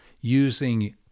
using